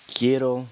Quiero